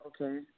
okay